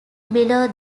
below